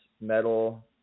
metal